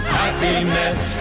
happiness